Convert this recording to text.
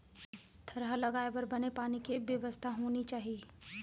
थरहा लगाए बर बने पानी के बेवस्था होनी चाही